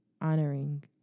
honoring